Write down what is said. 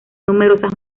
numerosas